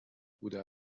بوده